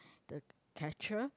the catcher